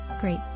great